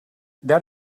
that